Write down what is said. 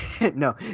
no